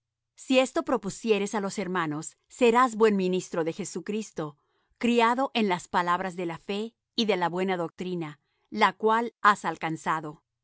si esto propusieres á los hermanos serás buen ministro de jesucristo criado en las palabras de la fe y de la buena doctrina la cual has alcanzado